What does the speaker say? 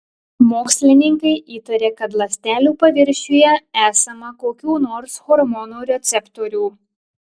mokslininkai įtarė kad ląstelių paviršiuje esama kokių nors hormonų receptorių